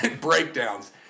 breakdowns